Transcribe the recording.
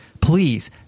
Please